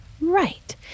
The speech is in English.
Right